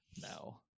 no